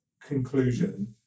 conclusion